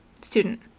Student